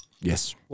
Yes